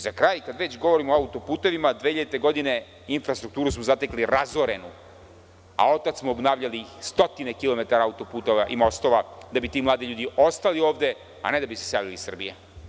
Za kraj, kada već govorim o auto-putevima, 2000. godine infrastrukturu su zatekli razorenu, a otad smo obnavljali stotine kilometara auto-puteva i mostova da bi ti mladi ljudi ostali ovde, a ne da bi se selili iz Srbije.